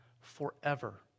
forever